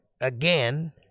again